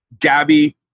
Gabby